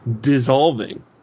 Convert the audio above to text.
dissolving